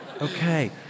okay